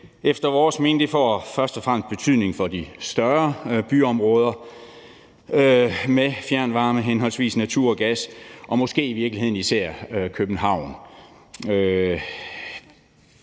efter vores mening. Det får først og fremmest betydning for de større byområder med henholdsvis fjernvarme og naturgas – og måske i virkeligheden især København.